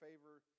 Favor